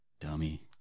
dummy